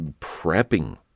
prepping